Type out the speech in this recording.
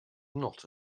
not